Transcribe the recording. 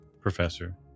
Professor